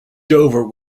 dover